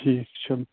ٹھیٖک چھُ